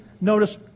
notice